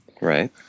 Right